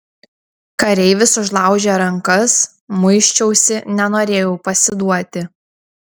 kareivis užlaužė rankas muisčiausi nenorėjau pasiduoti